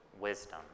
wisdom